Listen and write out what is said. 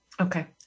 Okay